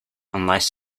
unless